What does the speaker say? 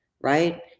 right